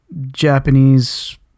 Japanese